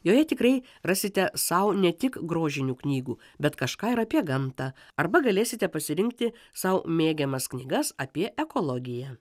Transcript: joje tikrai rasite sau ne tik grožinių knygų bet kažką ir apie gamtą arba galėsite pasirinkti sau mėgiamas knygas apie ekologiją